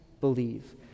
believe